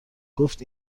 گفت